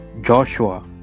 Joshua